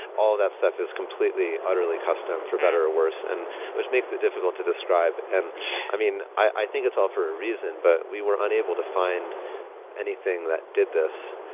all that stuff is completely utterly accustomed for better or worse, and which makes it difficult to describe. and i mean, i think it's all for a reason, but we were unable to find anything that did this.